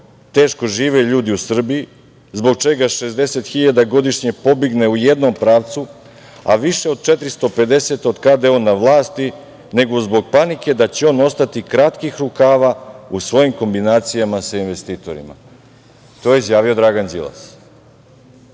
teško žive ljudi u Srbiji zbog čega 60.000 godišnje pobegne u jednom pravcu, a više od 450 od kada je on na vlasti, nego zbog panike da će on ostati kratkih rukava u svojim kombinacijama sa investitorima. To je izjavio Dragan Đilas,